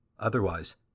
Otherwise